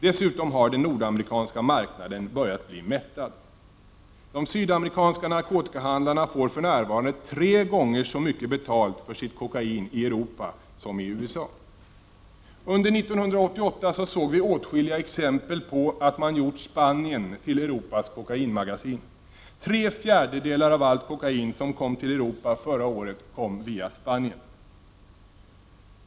Dessutom har den nordamerikanska marknaden börjat bli mättad. De sydamerikanska narkotikahandlarna får för närvarande tre gånger så mycket betalt för sitt kokain i Europa som i USA. Under 1988 såg vi åtskilliga exempel på att man gjort Spanien till Europas kokainmagasin. Tre fjärdedelar av allt kokain som kom till Europa förra året kom via Spanien.